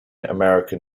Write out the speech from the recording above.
american